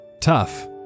tough